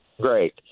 Great